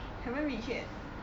haven't reach yet